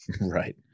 Right